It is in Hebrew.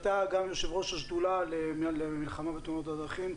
אתה גם יושב-ראש השדולה למלחמה בתאונות הדרכים,